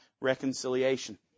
Reconciliation